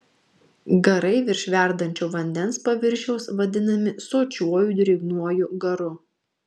garai virš verdančio vandens paviršiaus vadinami sočiuoju drėgnuoju garu